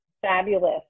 Fabulous